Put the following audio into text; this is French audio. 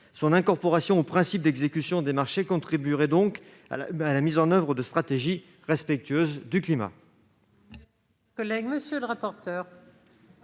Son incorporation au principe d'exécution des marchés contribuerait donc à la mise en oeuvre de stratégies respectueuses du climat.